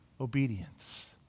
obedience